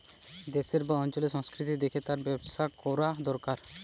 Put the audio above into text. দেশের বা অঞ্চলের সংস্কৃতি দেখে তার ব্যবসা কোরা দোরকার